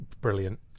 brilliant